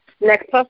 Next